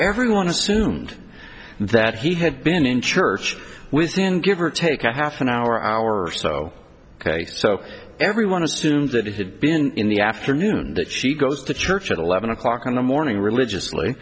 everyone assumed that he had been in church within give or take a half an hour hour or so ok so everyone assumed that it had been in the afternoon that she goes to church at eleven o'clock in the morning religiously